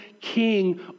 king